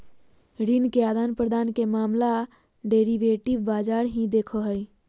ऋण के आदान प्रदान के मामला डेरिवेटिव बाजार ही देखो हय